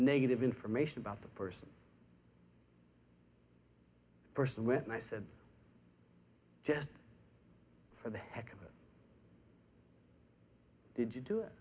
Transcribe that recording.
negative information about the first person with and i said just for the heck of it did you do it